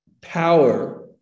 power